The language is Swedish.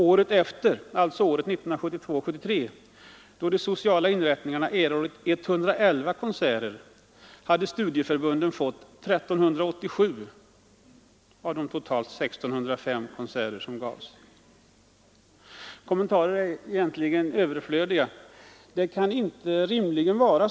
Året efter, 1972/73, då de sociala inrättningarna erhöll 111 konserter, fick studieförbunden 1 387 av de totalt 1 605 som gavs. Kommentarer är egentligen överflödiga.